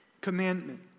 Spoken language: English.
commandment